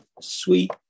sweet